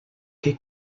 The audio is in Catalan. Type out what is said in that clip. que